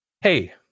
hey